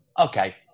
Okay